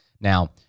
Now